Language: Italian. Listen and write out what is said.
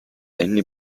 anne